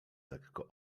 lekko